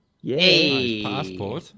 Yay